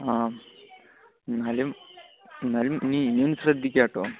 ആം എന്നാലും എന്നാലും ഇനി ഇനിയും ശ്രദ്ധിക്കാട്ടോ